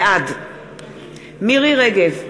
בעד מירי רגב,